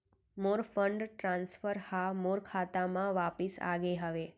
मोर fund transfer हा मोर खाता मा वापिस आ गे हवे